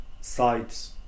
sites